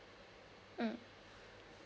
mm